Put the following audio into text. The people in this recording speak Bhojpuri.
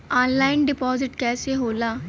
ऑनलाइन डिपाजिट कैसे होला?